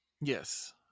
Yes